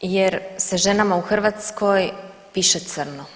jer se ženama u Hrvatskoj piše crno.